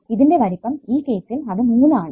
ഇതിന്റെ വലിപ്പം ഈ കേസിൽ അത് മൂന്ന് ആണ്